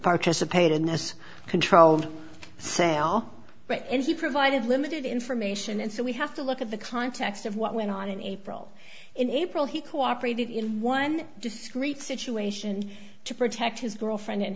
participate in as controlled sale and he provided limited information and so we have to look at the context of what went on in april in april he cooperated in one discrete situation to protect his girlfriend